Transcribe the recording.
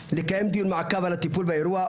לקיום דיון מעקב על אופן הטיפול באירוע,